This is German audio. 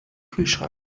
kühlschrank